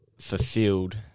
fulfilled